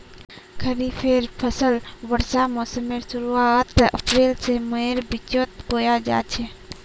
खरिफेर फसल वर्षा मोसमेर शुरुआत अप्रैल से मईर बिचोत बोया जाछे